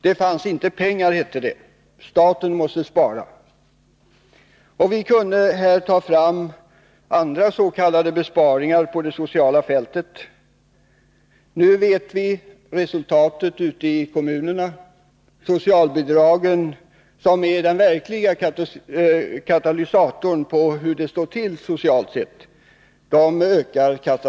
Det fanns inte pengar, hette det, staten måste spara. Vi kunde här ta fram andras.k. besparingar på det sociala fältet. Nu vet vi vad resultatet blivit ute i kommunerna. Socialbidragen ökar katastrofalt. Regeringens politik visar sig i det som verkligen är en katalysator i fråga om hur det står till socialt sett.